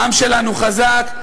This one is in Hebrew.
העם שלנו חזק.